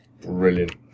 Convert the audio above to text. Brilliant